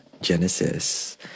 genesis